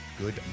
Good